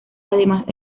además